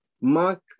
mark